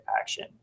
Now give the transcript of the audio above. action